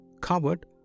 covered